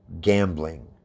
gambling